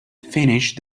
finished